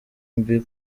mbi